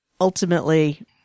Ultimately